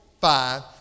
five